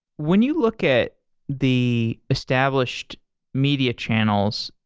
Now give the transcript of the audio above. when you look at the established media channels,